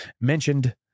mentioned